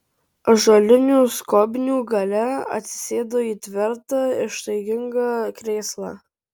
ąžuolinių skobnių gale atsisėdo į tvirtą ištaigingą krėslą